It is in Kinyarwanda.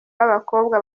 b’abakobwa